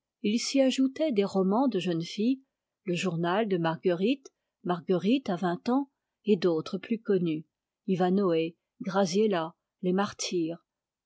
il s'y ajoutait des romans de jeunes filles le journal de marguerite marguerite à vingt ans et d'autres plus connus ivanhoë graziella les martyrs